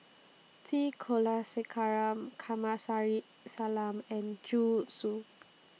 T Kulasekaram Kamsari Salam and Zhu Xu